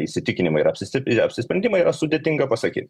įsitikinimai ir apsi apsisprendimai yra sudėtinga pasakyt